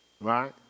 right